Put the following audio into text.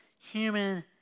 human